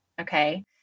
okay